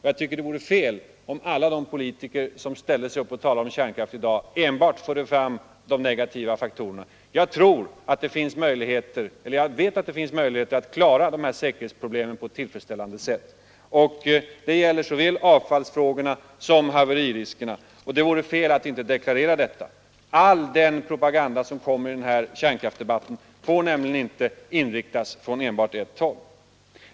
Jag tycker det vore fel om alla de politiker som ställer sig upp och talar om kärnkraft enbart förde fram de negativa faktorerna. Jag vet att det finns möjligheter att klara säkerhetsproblemen på ett tillfredsställande sätt. Det gäller såväl avfallsfrågorna som haveririskerna. Det vore fel att inte deklarera detta. All den propaganda som kommer i den här kärnkraftsdebatten fär nämligen inte inriktas ät enbart ett håll.